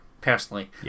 personally